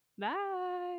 bye